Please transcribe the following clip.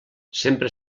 sempre